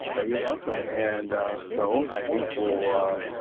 ah you're welcome and so i think we'll,